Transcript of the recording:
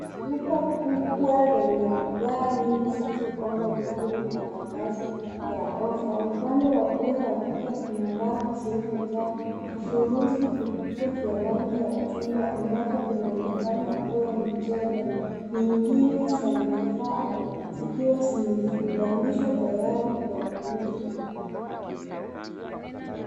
Duka kubwa lenye bidhaa nyingi zilizopangwa vizuri na matangazo ya offer . Upande wa kulia wa picha kuna rafu zilizojaa vifurushi vikubwa vya rangi ya chungwa, ambavyo vinaonekana kuwa mchele, nyingine za nafaka, zikiwa zimefunganishwa tayari kwa kuuzwa.